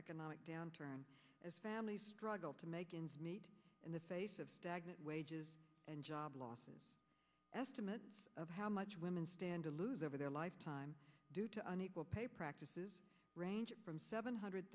canonic downturn as families struggle to make ends meet in the face of stagnant wages and job losses estimate of how much women stand to lose over their lifetime due to an equal pay practices ranging from seven hundred